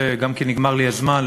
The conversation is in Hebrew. גם כי נגמר לי הזמן,